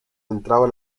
entraba